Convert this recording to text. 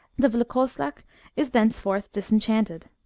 the vlkoslak is thenceforth disenchanted.